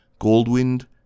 Goldwind